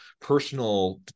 personal